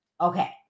Okay